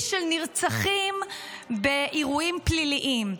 שיא של נרצחים באירועים פליליים,